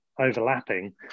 overlapping